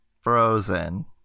Frozen